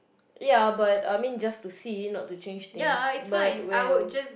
ya but I mean just to see not to change things but when